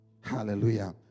Hallelujah